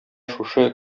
шушы